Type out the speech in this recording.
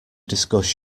discuss